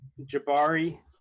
Jabari